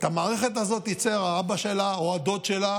את המערכת הזאת ייצר האבא שלה או הדוד שלה